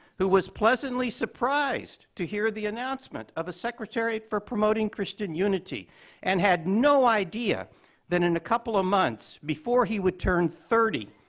who was pleasantly surprised to hear the announcement of a secretariat for promoting christian unity and had no idea that in a couple of months, before he would turn thirty,